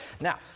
Now